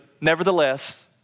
nevertheless